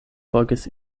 volkes